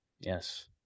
Yes